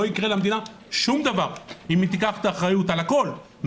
לא יקרה למדינה שום דבר אם היא תיקח את האחריות על הכול.